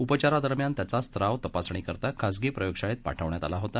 उपचारा दरम्यान त्याचा स्ताव तपासणी करीता खाजगी प्रयोग शाळेत पाठविण्यात आला होता